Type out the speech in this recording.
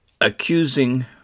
accusing